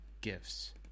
gifts